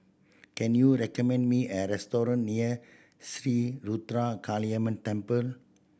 can you recommend me a restaurant near Sri Ruthra Kaliamman Temple